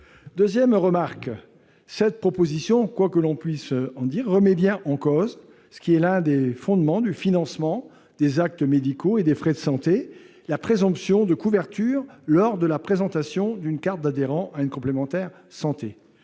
Deuxième observation, cette proposition, quoi que l'on puisse en dire, remet bien en cause l'un des fondements du financement des actes médicaux et des frais de santé, à savoir la présomption de couverture en cas de présentation d'une carte d'adhérent à une complémentaire santé.